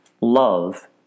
love